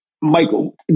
Michael